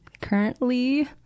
currently